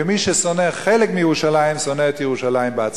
ומי ששונא חלק מירושלים שונא את ירושלים בעצמה.